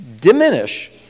diminish